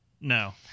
No